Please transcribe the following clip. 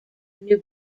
new